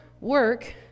work